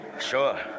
Sure